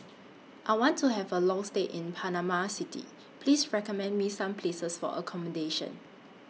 I want to Have A Long stay in Panama City Please recommend Me Some Places For accommodation